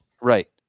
Right